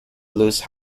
lose